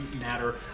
matter